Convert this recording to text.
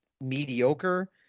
mediocre